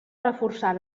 reforçar